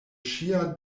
ŝia